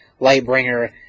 Lightbringer